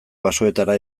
basoetara